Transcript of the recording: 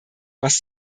was